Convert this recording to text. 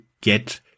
get